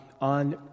on